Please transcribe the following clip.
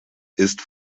ist